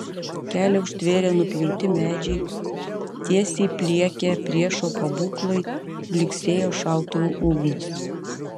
kelią užtvėrė nupjauti medžiai tiesiai pliekė priešo pabūklai blyksėjo šautuvų ugnys